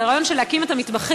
על הרעיון של להקים מטבחים